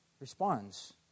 responds